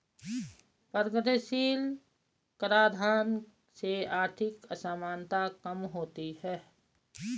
प्रगतिशील कराधान से आर्थिक असमानता कम होती है